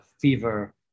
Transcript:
fever